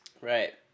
Right